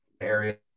area